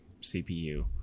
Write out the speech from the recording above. CPU